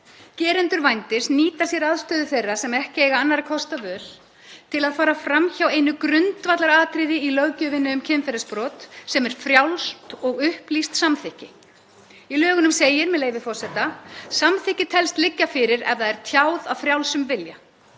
Gerendur vændis nýta sér aðstöðu þeirra sem ekki eiga annarra kosta völ til að fara fram hjá einu grundvallaratriði í löggjöfinni um kynferðisbrot, sem er frjálst og upplýst samþykki. Í lögunum segir, með leyfi forseta: „Samþykki telst liggja fyrir ef það er tjáð af frjálsum vilja.“